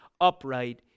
upright